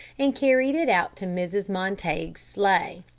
and carried it out to mrs. montague's sleigh.